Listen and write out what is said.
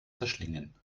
verschlingen